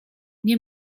nie